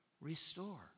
restore